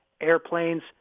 airplanes